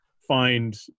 find